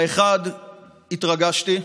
באחד התרגשתי,